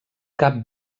cap